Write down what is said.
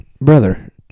Brother